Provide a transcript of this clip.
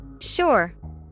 Sure